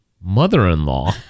mother-in-law